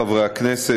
חברי חברי הכנסת,